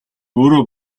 өөрөө